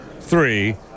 three